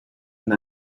and